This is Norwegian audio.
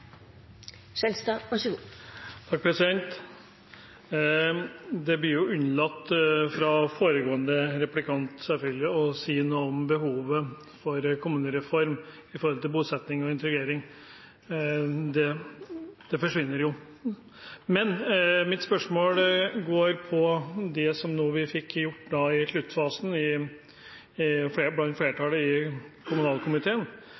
å si noe om behovet for kommunereform i forbindelse med bosetting og integrering. Det forsvinner jo. Mitt spørsmål går på det vi nå fikk gjort i sluttfasen blant flertallet i kommunalkomiteen,